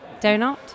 Donut